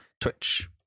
Twitch